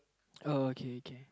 uh okay okay